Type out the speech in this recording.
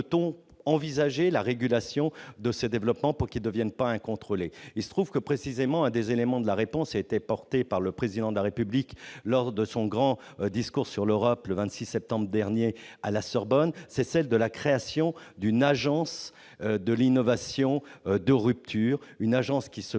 peut-on envisager la régulation de ces développements pour qu'ils ne deviennent pas incontrôlés ? Il se trouve qu'un élément de réponse a été apporté par le Président de la République lors de son grand discours sur l'Europe, le 26 septembre dernier, à la Sorbonne, à savoir la création d'une agence de l'innovation de rupture. Cette agence qui,